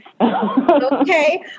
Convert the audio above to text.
Okay